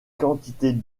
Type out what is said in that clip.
quantités